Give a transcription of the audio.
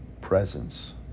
presence